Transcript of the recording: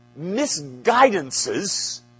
misguidances